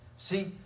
See